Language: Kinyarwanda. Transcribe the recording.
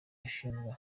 ashinjwa